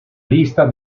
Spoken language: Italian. lista